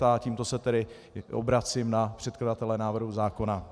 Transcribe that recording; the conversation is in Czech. A tímto se tedy obracím na předkladatele návrhu zákona.